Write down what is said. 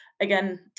again